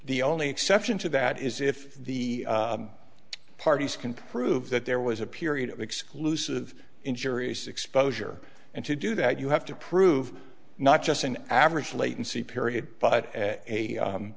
the only exception to that is if the parties can prove that there was a period of exclusive injurious exposure and to do that you have to prove not just an average latency period but